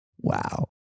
Wow